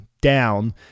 down